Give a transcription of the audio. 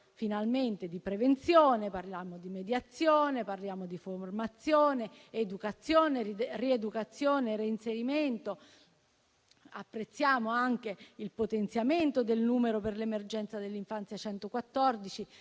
finalmente di prevenzione, parliamo di mediazione, parliamo di formazione, educazione, rieducazione e reinserimento. Apprezziamo anche il potenziamento del numero per l'emergenza dell'infanzia 114,